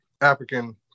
African